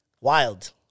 Wild